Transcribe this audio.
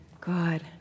Good